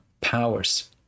powers